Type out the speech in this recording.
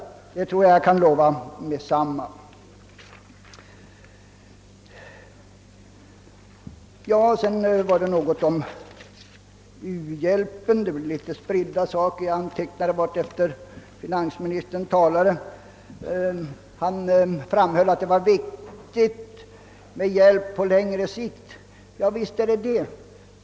Så några ord om u-hjälpen — det blir litet spridda anmärkningar; jag antecknade de olika sakerna i den ordning som finansministern nämnde dem i sitt anförande. Finansministern framhöll att det var viktigt med en hjälp på längre sikt. Det är naturligtvis riktigt.